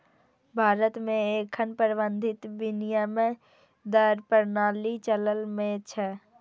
भारत मे एखन प्रबंधित विनिमय दर प्रणाली चलन मे छै